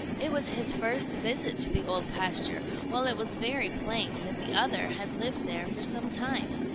it was his first visit to the old pasture, while it was very plain that the other had lived there for some time.